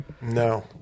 No